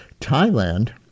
Thailand